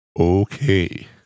Okay